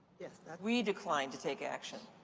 yeah we decline to take action.